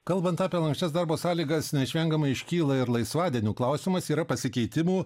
kalbant apie lanksčias darbo sąlygas neišvengiamai iškyla ir laisvadienių klausimas yra pasikeitimų